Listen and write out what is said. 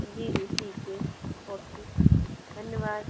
जी जी ठीक हे ओके धन्यवाद